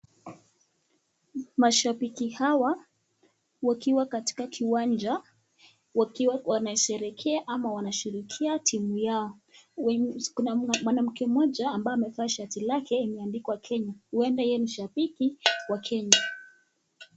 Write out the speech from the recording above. Mashabiki hawa wakiwa katika kiwanja, wakiwa wanasherehekea ama wanashirikia timu yao, kuna mwanamke mmoja ambaye amevalia shati lake imeadikwa Kenya, huenda yeye ni shabiki wa Kenya.